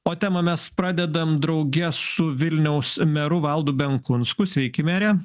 o temą mes pradedam drauge su vilniaus meru valdu benkunsku sveiki mere